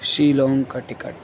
شیلانگ کا ٹکٹ